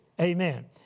Amen